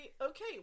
okay